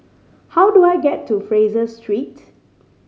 how do I get to Fraser Street